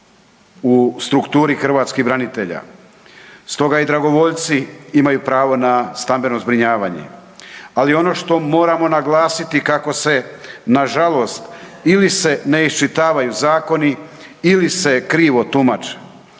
u strukturi hrvatskih branitelja. Stoga i dragovoljci imaju pravo na stambeno zbrinjavanje, ali ono što moramo naglasiti kako se nažalost ili se ne iščitavaju zakoni ili se krivo tumače.